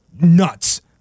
nuts